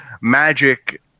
magic